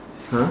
!huh!